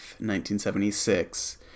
1976